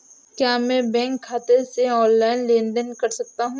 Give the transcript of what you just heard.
क्या मैं बैंक खाते से ऑनलाइन लेनदेन कर सकता हूं?